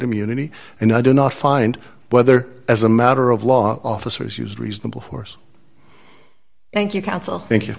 immunity and i do not find whether as a matter of law officers use reasonable force thank you counsel thank you